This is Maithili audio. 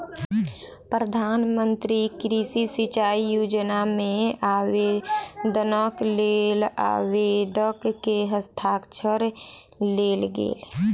प्रधान मंत्री कृषि सिचाई योजना मे आवेदनक लेल आवेदक के हस्ताक्षर लेल गेल